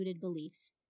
beliefs